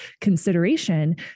consideration